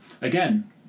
Again